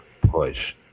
push